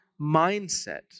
mindset